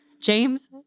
James